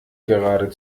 gerade